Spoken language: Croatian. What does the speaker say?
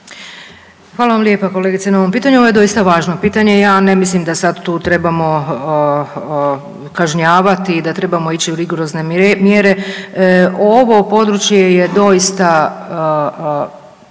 Hvala vam lijepa kolegice na ovom pitanju. Ovo je doista važno pitanje i ja ne mislim da tu sada trebamo kažnjavati i da trebamo ići u rigorozne mjere. Ovo područje je doista